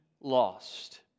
lost